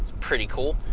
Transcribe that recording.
pretty cool.